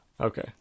Okay